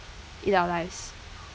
in our lives